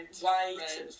white